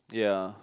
ya